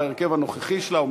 בהרכב הנוכחי שלה.